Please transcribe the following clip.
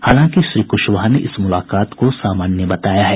हालांकि श्री कुशवाहा ने इस मुलाकात को सामान्य बताया है